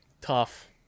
Tough